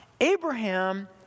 Abraham